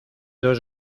dos